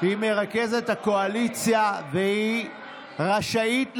היא מרכזת הקואליציה, והיא רשאית לדבר.